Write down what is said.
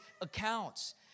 accounts